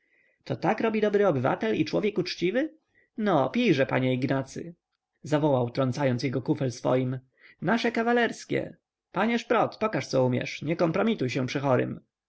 to tak robi dobry obywatel i człowiek uczciwy no pijże panie ignacy zawołał trącając jego kufel swoim nasze kawalerskie panie szprot pokaż co umiesz nie kompromituj się przy chorym